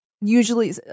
usually